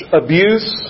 abuse